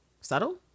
Subtle